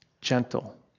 Gentle